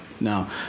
now